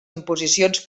imposicions